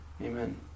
Amen